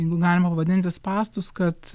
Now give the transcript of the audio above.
jeigu galima vadinti spąstus kad